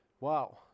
wow